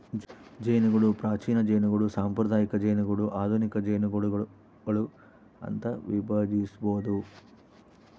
ಜೇನುಗೂಡು ಪ್ರಾಚೀನ ಜೇನುಗೂಡು ಸಾಂಪ್ರದಾಯಿಕ ಜೇನುಗೂಡು ಆಧುನಿಕ ಜೇನುಗೂಡುಗಳು ಅಂತ ವಿಭಜಿಸ್ಬೋದು